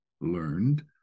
learned